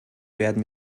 werden